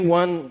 one